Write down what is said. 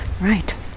Right